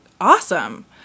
awesome